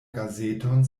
gazeton